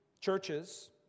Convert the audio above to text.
churches